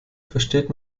versteht